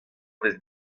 vez